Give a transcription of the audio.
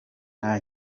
nta